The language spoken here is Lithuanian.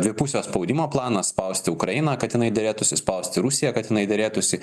dvipusio spaudimo planas spausti ukrainą kad jinai derėtųsi spausti rusiją kad jinai derėtųsi